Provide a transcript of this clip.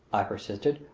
i persisted,